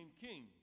king